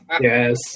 Yes